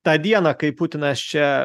tą dieną kai putinas čia